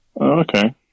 Okay